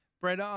Brett